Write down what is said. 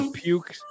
puke